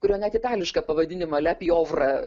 kurio net itališką pavadinimą le pijovra